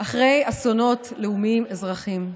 אחרי אסונות לאומיים-אזרחיים.